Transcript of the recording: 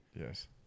Yes